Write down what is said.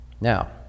Now